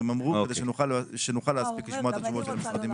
אמרו כדי שנוכל להספיק לשמוע את התשובות של המשרדים.